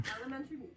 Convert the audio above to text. elementary